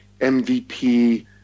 MVP